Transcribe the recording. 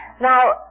Now